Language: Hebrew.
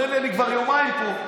הוא אומר לי: אני כבר יומיים פה.